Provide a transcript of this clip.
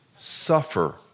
suffer